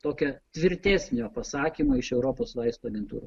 tokio tvirtesnio pasakymo iš europos vaistų agentūrų